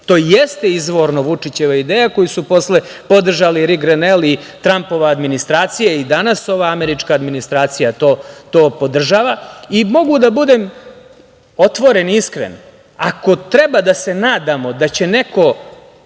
To jeste izvorno Vučićeva ideja, koju su posle podržali i Grenel i Trampova administracija i danas ova američka administracija to podržava. Mogu da budem otvoren i iskren, ako treba da se nadamo da će neko